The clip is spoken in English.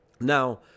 Now